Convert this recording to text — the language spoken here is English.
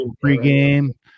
pre-game